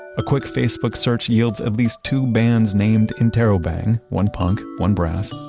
a quick facebook search yields at least two bands named interrobang, one punk, one brass.